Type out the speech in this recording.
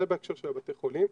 זה בהקשר של בתי החולים.